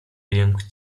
jęk